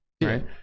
right